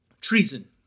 Treason